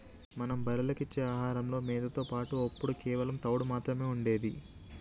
మనం బర్రెలకు ఇచ్చే ఆహారంలో మేతతో పాటుగా ఒప్పుడు కేవలం తవుడు మాత్రమే ఉండేది